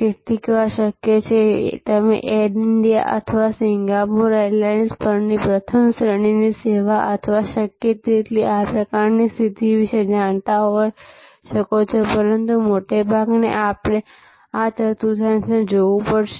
કેટલીકવાર શક્ય હોય છે તમે એર ઈન્ડિયા અથવા સિંગાપોર એરલાઈન્સ પરની પ્રથમ શ્રેણીની સેવા અથવા શક્ય તેટલી આ પ્રકારની સ્થિતિ વિશે જાણતા હોઈ શકો છો પરંતુ મોટે ભાગે આપણે આ ચાર ચતુર્થાંશને જોવું પડશે